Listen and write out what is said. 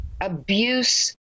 abuse